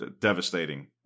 devastating